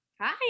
Hi